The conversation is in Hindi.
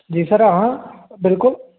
जी सर हाँ बिल्कुल